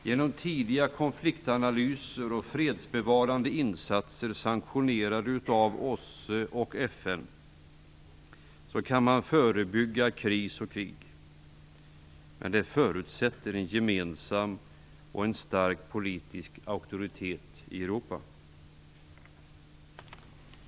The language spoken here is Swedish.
Genom tidiga konfliktanalyser och fredsbevarande insatser sanktionerade av OSSE och FN kan man förebygga kris och krig, men det förutsätter en gemensam och stark politisk auktoritet i Europa.